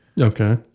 Okay